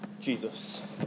Jesus